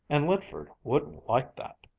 and lydford wouldn't like that.